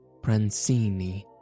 Prancini